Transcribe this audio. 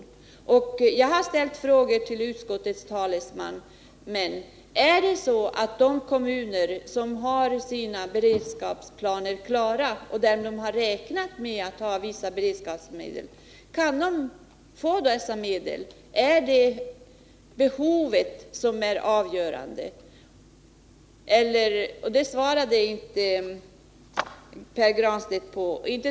Jag har ställt frågor till utskottets talesman. Kan de kommuner som har sina beredskapsplaner klara, och där man har räknat med att i viss utsträckning få beredskapsmedel, också få dessa pengar? Är det behovet som är avgörande? Detta svarar inte Pär Granstedt på.